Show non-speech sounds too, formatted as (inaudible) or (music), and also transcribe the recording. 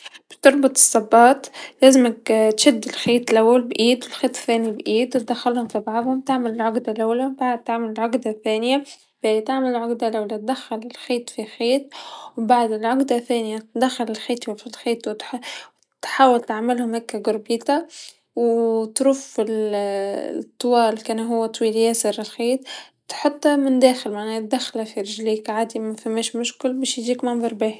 باش تربط الصباط لازملك تشد الخيط الأول بإيد و الخيط الثاني بإيد، و دخلهم في بعضهم تعمل العقده لولا بعد تعمل العقده ثانيا ثالثا مالعقده لولا دخل خيط في خيط و مبعد العقده الثانيا دخل خيطو في الخيطو تحاول تعملهم هاكا جروبيتا و ترف ال (hesitation) طوال كان هو طويل ياسر الخيط تحطه من الداخل معناه دخله في رجليك عادي مفماش مشكل باش يجيك منظر باهي.